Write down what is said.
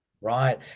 right